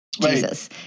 Jesus